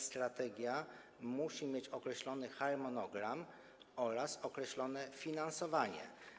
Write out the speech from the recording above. Strategia musi mieć określony harmonogram oraz określone finansowanie.